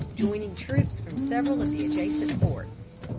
joining troops from several of the adjacent forts.